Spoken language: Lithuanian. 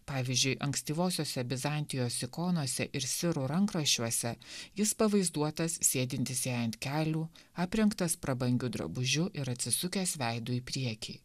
pavyzdžiui ankstyvosiose bizantijos ikonose ir sirų rankraščiuose jis pavaizduotas sėdintis jai ant kelių aprengtas prabangiu drabužiu ir atsisukęs veidu į priekį